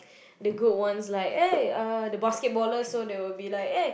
like the good ones like the basket ballers so they be like eh and I be like eh